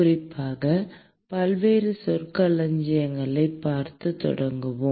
குறிப்பாக பல்வேறு சொற்களஞ்சியங்களைப் பார்த்து தொடங்குவோம்